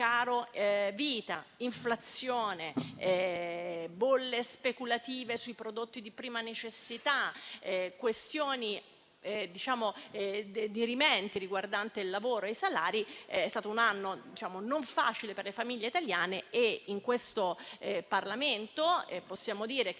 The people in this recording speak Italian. carovita, l'inflazione, le bolle speculative sui prodotti di prima necessità, le questioni dirimenti riguardanti il lavoro e i salari lo hanno reso infatti un anno non facile per le famiglie italiane. In questo Parlamento possiamo dire che